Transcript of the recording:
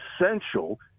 essential